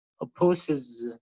opposes